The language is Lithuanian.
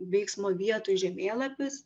veiksmo vietų žemėlapis